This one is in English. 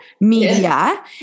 media